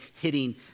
hitting